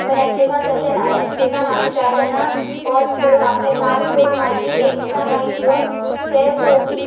पण नेटफ्लिकान तशें ना नेटफ्लिकान आमी जाय तेन्ना पोज करून आपलें काम करून मागीर एक दिसा मागीर येवन ते पळोवपी